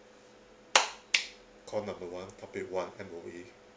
call number one topic one M_O_E